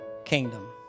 kingdom